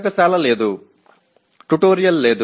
ஆய்வகம் இல்லை பயிற்சி இல்லை